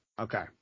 Okay